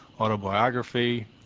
autobiography